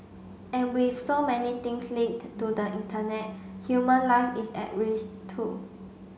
and with so many things linked to the Internet human life is at risk too